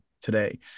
today